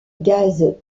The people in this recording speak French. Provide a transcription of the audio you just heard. gaz